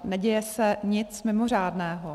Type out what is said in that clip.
Neděje se nic mimořádného.